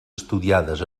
estudiades